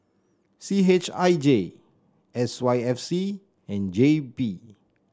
C H I J S Y F C and J P